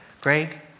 Greg